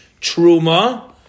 truma